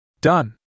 Done